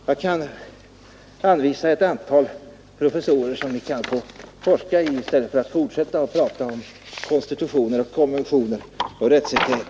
Jag kan anvisa ett antal professorer, i vilkas verk ni kan forska i stället för att fortsätta att prata om konstitutioner, konventioner och rättssäkerhet.